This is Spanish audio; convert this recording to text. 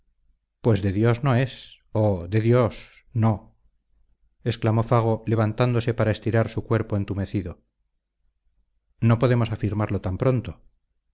pues de dios no es oh de dios no exclamó fago levantándose para estirar su cuerpo entumecido no podemos afirmarlo tan pronto